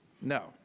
No